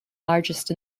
largest